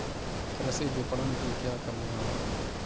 कृषि विपणन की क्या कमियाँ हैं?